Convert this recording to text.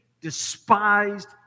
despised